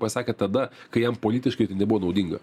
pasakė tada kai jam politiškai tai nebuvo naudinga